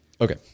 Okay